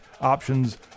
options